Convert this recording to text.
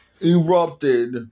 erupted